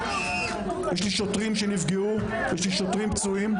יש לי שוטרים שנפגעו, יש לי שוטרים פצועים,